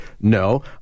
no